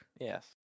Yes